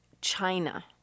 China